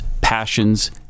passions